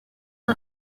the